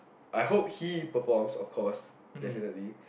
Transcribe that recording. I hope he performs of course definitely